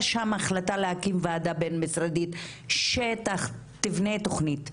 שם החלטה להקים ועדה בין-משרדית שתבנה תוכנית,